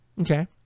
Okay